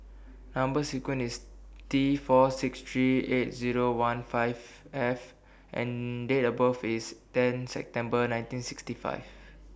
Number sequence IS T four six three eight Zero one five F and Date of birth IS ten September nineteen sixty five